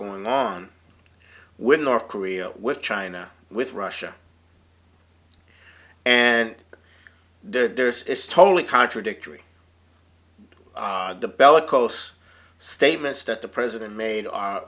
going on with north korea with china with russia and there's it's totally contradictory to bellicose statements that the president made are